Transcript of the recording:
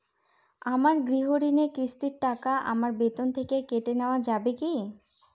আমার গৃহঋণের কিস্তির টাকা আমার বেতন থেকে কেটে নেওয়া যাবে কি?